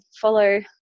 follow